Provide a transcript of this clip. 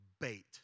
bait